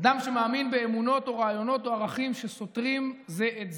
אדם שמאמין באמונות או ברעיונות או בערכים שסותרים זה את זה: